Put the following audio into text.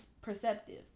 perceptive